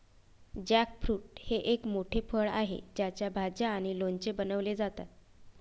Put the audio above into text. jackfruit हे एक मोठे फळ आहे ज्याच्या भाज्या आणि लोणचे बनवले जातात